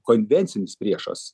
konvencinis priešas